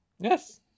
yes